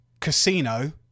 Casino